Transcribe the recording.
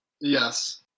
Yes